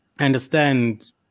understand